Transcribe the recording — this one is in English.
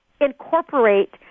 incorporate